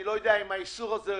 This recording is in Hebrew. אני לא יודע אם האיסור הזה הורד.